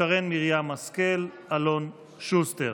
שרן מרים השכל ואלון שוסטר.